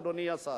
אדוני השר.